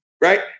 Right